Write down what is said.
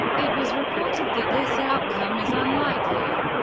it was reported that this outcome is unlikely.